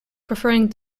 preferring